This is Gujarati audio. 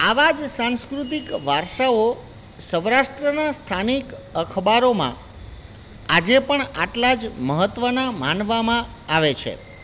આવા જ સાંસ્કૃતિક વારસાઓ સૌરાષ્ટ્રના સ્થાનિક અખબારોમાં આજે પણ આટલા જ મહત્ત્વના માનવામાં આવે છે